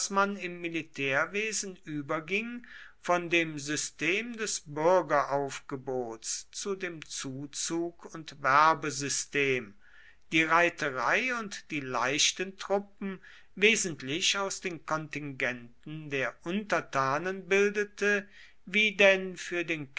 im militärwesen überging von dem system des bürgeraufgebots zu dem zuzug und werbesystem die reiterei und die leichten truppen wesentlich aus den kontingenten der untertanen bildete wie denn für den